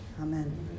Amen